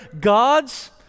gods